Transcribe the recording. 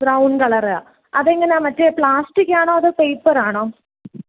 brown കളറാ അതെങ്ങനാണ് മറ്റേ പ്ലാസ്റ്റിക്കാണോ അതോ പേപ്പറാണോ